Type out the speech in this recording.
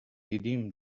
دیدیم